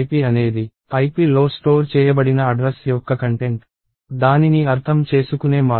ip అనేది ip లో store చేయబడిన అడ్రస్ యొక్క కంటెంట్ దానిని అర్థం చేసుకునే మార్గం